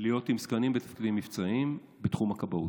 להיות עם זקנים בתפקידים מבצעיים בתחום הכבאות.